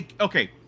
Okay